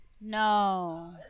No